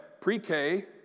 pre-K